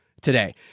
today